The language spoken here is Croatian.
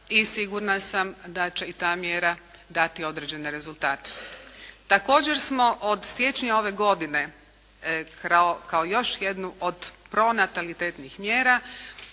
i sigurna sam da će i ta mjera dati određene rezultate. Također smo od siječnja ove godine kao još jednu od pronatalitetnih mjera